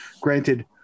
Granted